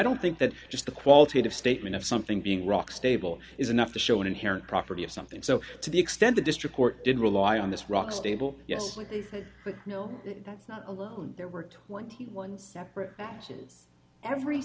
don't think that just the qualitative statement of something being rock stable is enough to show an inherent property of something so to the extent the district court didn't rely on this rock stable yes they said no that's not alone there were twenty one separate batches every